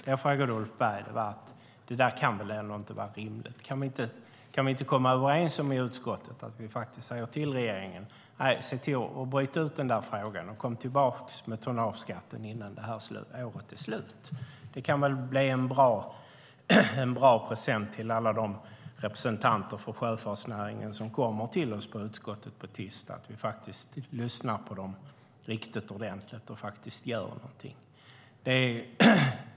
Det jag frågade Ulf Berg var: Det kan väl ändå inte vara rimligt? Kan vi inte komma överens om i utskottet att säga till regeringen "Se till att bryta ut den frågan och kom tillbaka med tonnageskatten innan året är slut"? Det kan väl bli en bra present till alla de representanter för sjöfartsnäringen som på tisdag kommer till oss i utskottet - att vi lyssnar på dem riktigt ordentligt och faktiskt gör något.